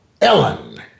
Ellen